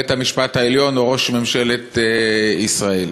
בית-המשפט העליון או ראש ממשלת ישראל.